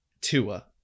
Tua